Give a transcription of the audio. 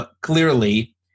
Clearly